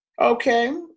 Okay